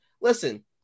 Listen